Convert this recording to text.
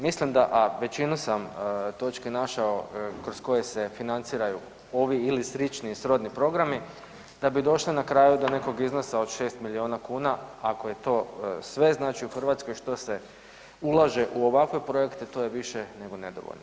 Mislim da, a većinu sam točke našao kroz koje se financiraju ovi ili slični srodni programi da bi došli na kraju do nekog iznosa od 6 milijuna kuna, ako je to sve, znači u Hrvatskoj što se ulaže u ovakve projekte, to je više nego nedovoljno.